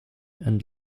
and